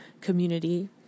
community